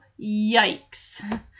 yikes